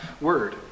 word